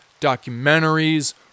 documentaries